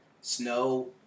Snow